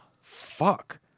fuck